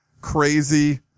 crazy